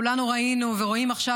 כולנו ראינו ורואים עכשיו,